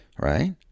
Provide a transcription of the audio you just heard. right